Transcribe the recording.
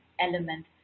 element